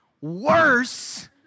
Worse